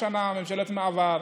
שנה הייתה ממשלת מעבר,